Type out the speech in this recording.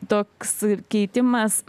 toks keitimas